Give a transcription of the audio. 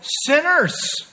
sinners